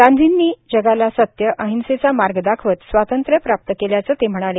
गांधीनी जगाला सत्य अहिंसेचा मार्ग दाखवत स्वांतत्र्य प्राप्त केल्याचं ते म्हणाले